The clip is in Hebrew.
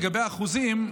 לגבי האחוזים,